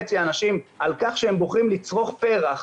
וחצי אנשים על כך שהם בוחרים לצרוך פרח,